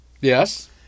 Yes